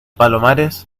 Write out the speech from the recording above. palomares